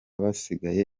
basigaye